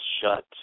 shut